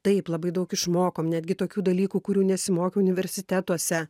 taip labai daug išmokom netgi tokių dalykų kurių nesimokė universitetuose